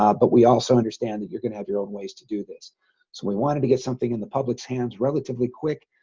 um but we also understand that you're going to have your own ways to do this so we wanted to get something in the public's hands relatively quick.